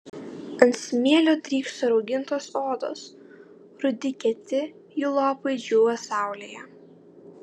ant smėlio drykso raugintos odos rudi kieti jų lopai džiūva saulėje